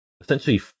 essentially